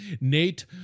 Nate